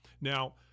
Now